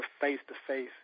face-to-face